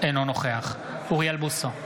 אינו נוכח אוריאל בוסו,